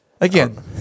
Again